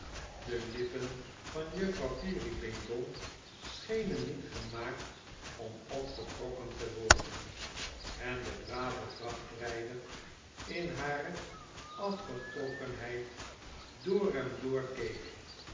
de lippen van juffrouw peerybingle schenen niet gemaakt om opgetrokken te wotden en den braven vrachtrijder in hare afgetrokkenheid door en